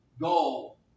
goal